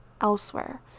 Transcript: elsewhere